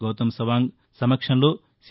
గౌతమ్ సవాంగ్ సమక్షంలో సీ